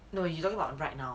no you talking about right now